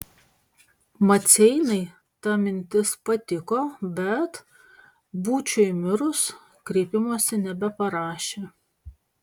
maceinai ta mintis patiko bet būčiui mirus kreipimosi nebeparašė